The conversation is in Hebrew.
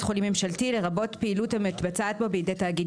"בית חולים ממשלתי" - לרבות פעילות המתבצעת בו בידי תאגיד